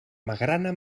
magrana